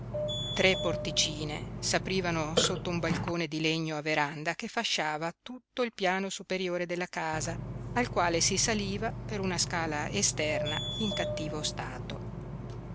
tre porticine s'aprivano sotto un balcone di legno a veranda che fasciava tutto il piano superiore della casa al quale si saliva per una scala esterna in cattivo stato